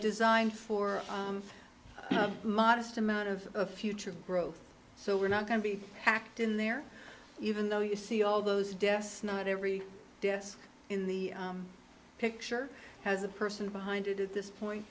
designed for modest amount of a future growth so we're not going to be packed in there even though you see all those desks not every desk in the picture has the person behind it is this point